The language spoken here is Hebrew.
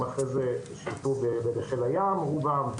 הם אחרי זה שירתו בחיל הים רובם,